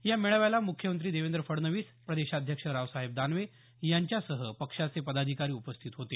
या मेळाव्याला मुख्यमंत्री देवेंद्र फडणवीस प्रदेशाध्यक्ष रावसाहेब दानवे यांच्यासह पक्षाचे पदाधिकारी उपस्थित होते